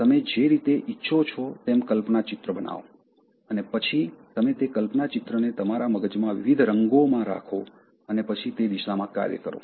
તમે જે રીતે ઇચ્છો છો તેમ કલ્પનાચિત્ર બનાવો અને પછી તમે તે કલ્પનાચિત્રને તમારા મગજમાં વિવિધ રંગોમાં રાખો અને પછી તે દિશામાં કાર્ય કરો